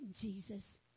Jesus